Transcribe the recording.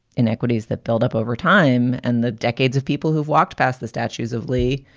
inequities that build up over time and the decades of people who've walked past the statues of lee,